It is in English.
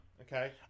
Okay